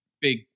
big